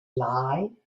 lie